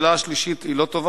השאלה השלישית, היא לא טובה.